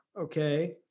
okay